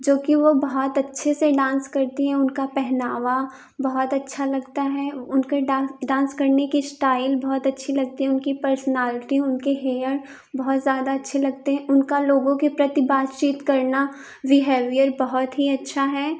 जो कि वह बहुत अच्छे से डांस करती हैं उनका पहनावा बहुत अच्छा लगता है उनके डांस डांस करने की इश्टाइल बहुत अच्छी लगती है उनकी पर्सनालिटी उनकी हेयर बहुत ज़्यादा अच्छे लगते उनका लोगों के प्रति बातचीत करना विहेवियर बहुत ही अच्छा है